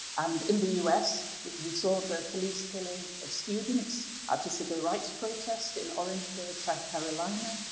and in the us, we saw the police killing of students at a civil rights protest in orangeburg, south carolina.